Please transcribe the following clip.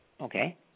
Okay